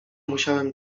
musiałem